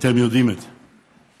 אתם יודעים את זה.